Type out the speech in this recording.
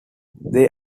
they